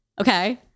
okay